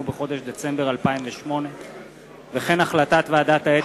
בחודש דצמבר 2008. החלטת ועדת האתיקה,